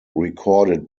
recorded